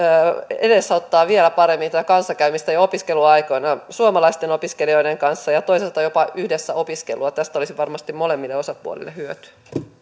edesauttaa vielä paremmin tätä kanssakäymistä jo opiskeluaikana suomalaisten opiskelijoiden kanssa ja toisaalta jopa yhdessä opiskelua tästä olisi varmasti molemmille osapuolille hyötyä